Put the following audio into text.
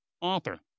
Author